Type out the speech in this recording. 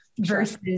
versus